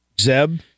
Zeb